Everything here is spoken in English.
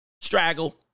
Straggle